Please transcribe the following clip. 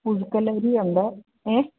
പുഴുക്കലരിയുണ്ട് ഏ